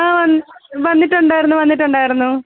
ആ വന് വന്നിട്ടുണ്ടായിരുന്നു വന്നിട്ടുണ്ടായിരുന്നു